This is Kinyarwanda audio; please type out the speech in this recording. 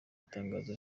itangazo